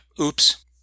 oops